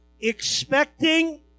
expecting